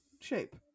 shape